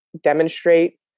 demonstrate